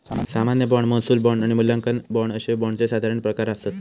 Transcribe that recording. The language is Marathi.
सामान्य बाँड, महसूल बाँड आणि मूल्यांकन बाँड अशे बाँडचे साधारण प्रकार आसत